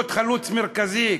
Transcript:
כדי להיות חלוץ מרכזי,